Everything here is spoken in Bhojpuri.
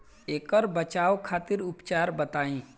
ऐकर बचाव खातिर उपचार बताई?